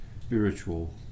spiritual